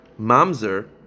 Mamzer